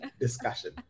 discussion